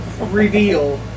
reveal